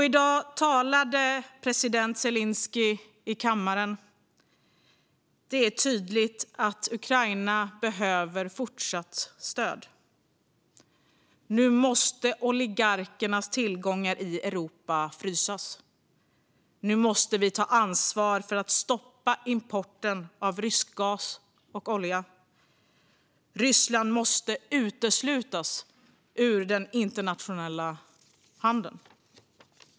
I dag talade president Zelenskyj i kammaren. Det är tydligt att Ukraina behöver fortsatt stöd. Nu måste oligarkernas tillgångar i Europa frysas. Nu måste vi ta ansvar för att stoppa importen av rysk gas och olja. Ryssland måste uteslutas från den internationella handeln.